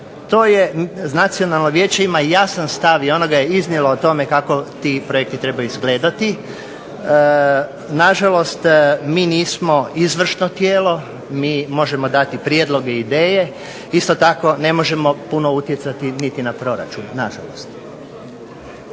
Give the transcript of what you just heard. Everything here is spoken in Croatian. Nacionalno vijeće ima jasan stav i ono ga je iznijelo kako ti projekti trebaju izgledati. Na žalost mi nismo izvršno tijelo, mi možemo dati prijedloge i ideje. Isto tako ne možemo puno utjecati niti na proračun. Na žalost.